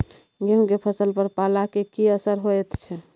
गेहूं के फसल पर पाला के की असर होयत छै?